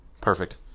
Perfect